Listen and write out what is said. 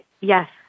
Yes